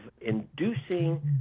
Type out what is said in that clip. inducing